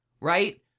right